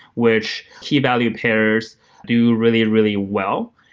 which key value pairs do really, really well.